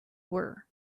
were